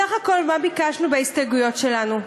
בסך הכול, מה ביקשנו בהסתייגויות שלנו?